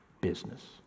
business